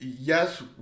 yes